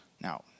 Now